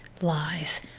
lies